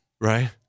Right